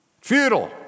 futile